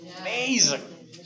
Amazing